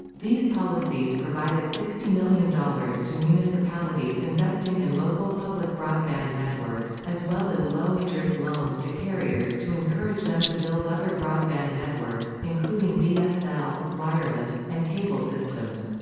these policies provided sixty million dollars to municipalities investing in local public broadband networks, as well as low-interest loans to carriers to encourage them to build other broadband networks, including dsl, wireless, and cable systems.